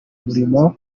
umurimo